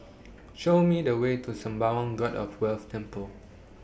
Show Me The Way to Sembawang God of Wealth Temple